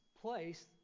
place